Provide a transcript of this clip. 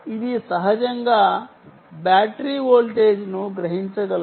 ఇది సహజంగా బ్యాటరీ వోల్టేజ్ను గ్రహించగలదు